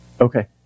Okay